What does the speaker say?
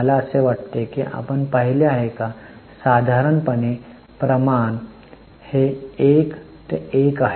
मला असे वाटते की आपण पाहिले आहे की साधारणपणे प्रमाण 1 ते 1 आहे